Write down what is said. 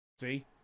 see